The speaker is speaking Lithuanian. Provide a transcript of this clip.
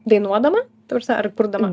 dainuodama ta prasme ar kurdama